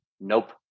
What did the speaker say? nope